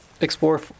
explore